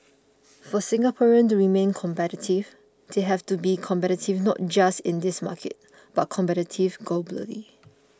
for Singaporeans to remain competitive they have to be competitive not just in this market but competitive globally